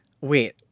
Wait